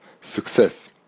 success